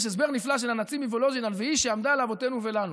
יש הסבר נפלא של הנצי"ב מוולוז'ין על "והיא שעמדה לאבותינו ולנו".